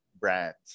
brands